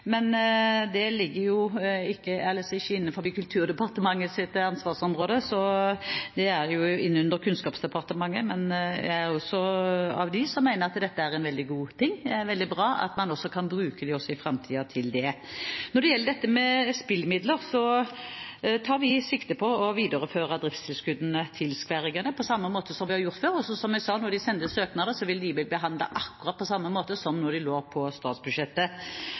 men dette er jo ikke innenfor Kulturdepartementets ansvarsområde, men under Kunnskapsdepartementet, men jeg er også av dem som mener at dette er en veldig god ting. Det er veldig bra at man også i framtiden kan bruke dem til det. Når det gjelder dette med spillemidler, så tar vi sikte på å videreføre driftstilskuddene til skværriggerne, på samme måte som vi har gjort før, og som jeg også sa: Når de sender søknader, vil de bli behandlet på akkurat samme måte som da de lå i statsbudsjettet,